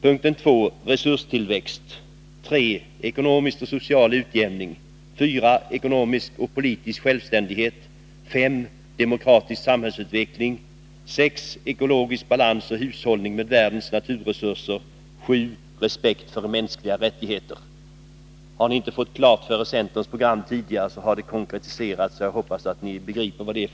a sr ora 3 maj 1982 Har ni inte fått centerns program klart för er tidigare, har jag här konkretiserat det. Jag hoppas att ni nu begriper det.